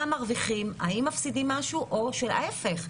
מה מרוויחים, אם מפסידים משהו או ההפך.